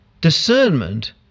Discernment